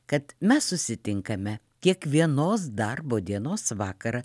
kad mes susitinkame kiekvienos darbo dienos vakarą